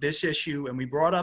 this issue and we brought